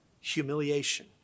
humiliation